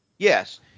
Yes